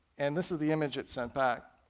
and this is the image it sent back,